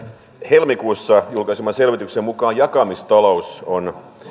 helmikuussa julkaiseman selvityksen mukaan jakamistalous on